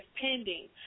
pending